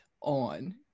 on